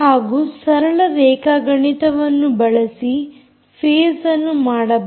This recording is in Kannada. ಹಾಗೂ ಸರಳ ರೇಖಾಗಣಿತವನ್ನು ಬಳಸಿ ಫೇಸ್ ಅನ್ನು ಮಾಡಬಹುದು